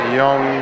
young